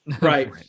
Right